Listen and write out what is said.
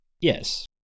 Yes